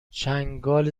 چنگال